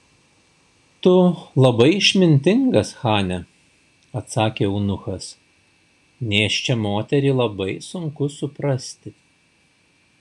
tu labai išmintingas chane atsakė eunuchas nėščią moterį labai sunku suprasti